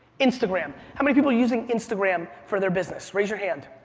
instagram how many people are using instagram for their business, raise your hand.